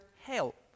help